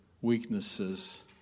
weaknesses